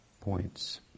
points